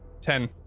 Ten